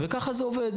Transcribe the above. ככה זה עובד,